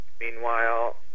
Meanwhile